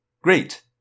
great